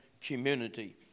community